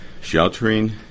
sheltering